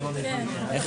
בשעה